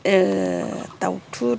दाउथुत